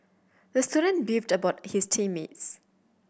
the student beefed about his team mates